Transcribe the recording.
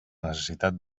necessitat